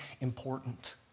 important